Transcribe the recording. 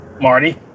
Marty